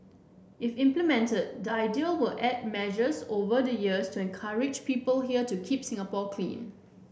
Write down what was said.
if implemented the idea will add measures over the years to encourage people here to keep Singapore clean